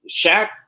Shaq